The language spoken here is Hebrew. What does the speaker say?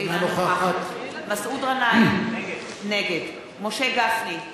אינה נוכחת מסעוד גנאים, נגד משה גפני,